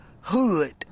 hood